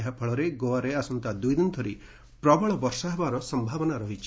ଏହା ଫଳରେ ଗୋଆରେ ଆସନ୍ତା ଦୁଇଦିନ ଧରି ପ୍ରବଳ ବର୍ଷାର ସମ୍ଭାବନା ରହିଛି